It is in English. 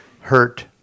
hurt